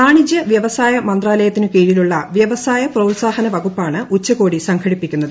വാണിജ്യവ്യവസായ മന്ത്ര്യ്ല്യത്തിനു കീഴിലുള്ള വ്യവസായ പ്രോത്സാഹന വകുപ്പാണ് ഉച്ചകോടി സംഘടിപ്പിക്കുന്നത്